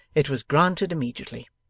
it was granted immediately,